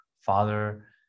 father